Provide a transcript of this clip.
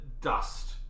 dust